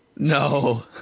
No